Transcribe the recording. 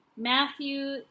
Matthew